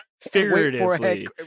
figuratively